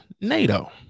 NATO